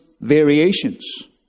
variations